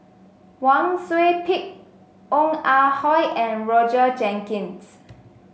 Wang Sui Pick Ong Ah Hoi and Roger Jenkins